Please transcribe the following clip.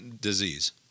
disease